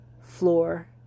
floor